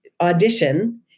audition